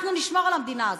אנחנו נשמור על המדינה הזאת.